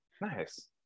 Nice